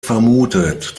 vermutet